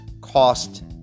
cost